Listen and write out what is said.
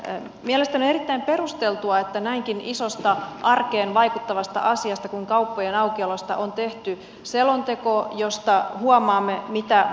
mielestäni on erittäin perusteltua että näinkin isosta arkeen vaikuttavasta asiasta kuin kauppojen aukiolo on tehty selonteko josta huomaamme mitä muutostarpeita on